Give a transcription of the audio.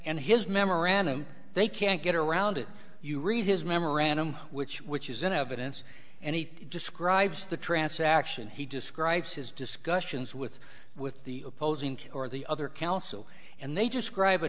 his memorandum they can't get around it you read his memorandum which which is in evidence and he describes the transaction he describes his discussions with with the opposing or the other counsel and they describe a